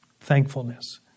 Thankfulness